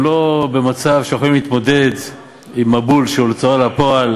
הם לא במצב שהם יכולים להתמודד עם מבול המסמכים של ההוצאה לפועל